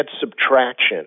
subtraction